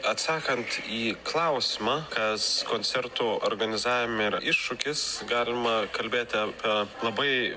atsakant į klausimą kas koncertų organizavime yra iššūkis galima kalbėti apie labai